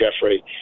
Jeffrey